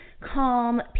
calm